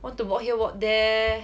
want to walk here walk there